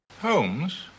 Holmes